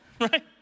right